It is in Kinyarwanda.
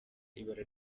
ibara